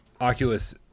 Oculus